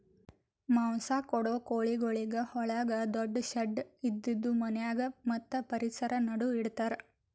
ಮಾಂಸ ಕೊಡೋ ಕೋಳಿಗೊಳಿಗ್ ಒಳಗ ದೊಡ್ಡು ಶೆಡ್ ಇದ್ದಿದು ಮನ್ಯಾಗ ಮತ್ತ್ ಪರಿಸರ ನಡು ಇಡತಾರ್